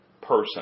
person